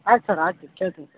ಹಾಂ ಸರ್ ಆಯಿತು ಕೇಳ್ತಿನಿ ಸರ್